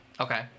Okay